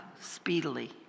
speedily